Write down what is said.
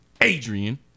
Adrian